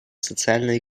социально